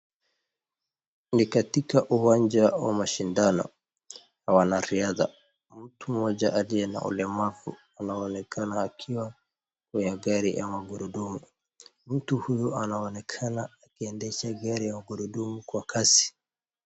Ni katika uwanja wa mashindano wa wanariadha ,mtu mmoja aliye na ulemavu anaonekana akiwa kwenye gari ya magurudumu. Mtu huyu anaonekana akiendesha gari ya magurudumu kwa kasi.